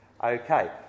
Okay